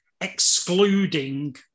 excluding